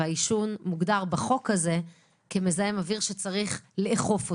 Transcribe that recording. הוא מוגדר בחוק הזה כמזהם אוויר שצריך לאכוף אותו.